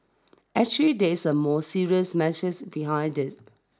actually there's a more serious message behind it